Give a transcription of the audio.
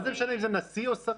מה זה משנה אם זה נשיא או שרים?